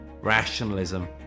rationalism